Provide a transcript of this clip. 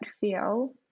feel